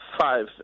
five